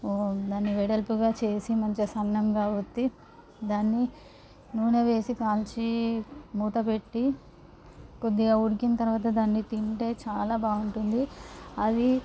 దాన్ని వెడల్పుగా చేసి మంచిగా సన్నంగా వత్తి దాన్ని నూనె వేసి కాల్చి మూతపెట్టి కొద్దిగా ఉడికిన తరువాత దాన్ని తింటే చాలా బాగుంటుంది అది